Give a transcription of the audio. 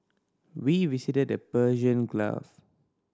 we visited the Persian Gulf